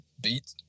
beat